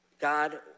God